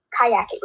kayaking